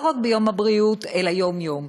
לא רק ביום הבריאות אלא יום-יום.